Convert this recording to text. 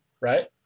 right